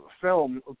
film